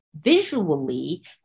visually